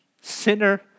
Sinner